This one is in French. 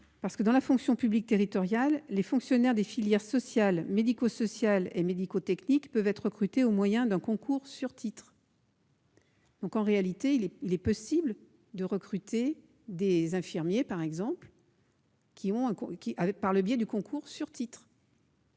parce que, dans la fonction publique territoriale, les fonctionnaires des filières sociales, médico-sociales et médico-techniques peuvent être recrutés au moyen d'un concours sur titre. Il est donc possible de recruter des infirmiers, par exemple, par le biais du concours sur titre,